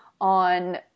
on